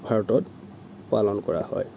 ভাৰতত পালন কৰা হয়